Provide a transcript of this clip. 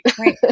Right